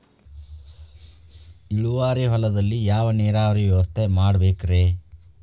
ಇಳುವಾರಿ ಹೊಲದಲ್ಲಿ ಯಾವ ನೇರಾವರಿ ವ್ಯವಸ್ಥೆ ಮಾಡಬೇಕ್ ರೇ?